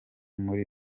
muri